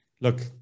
Look